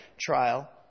Trial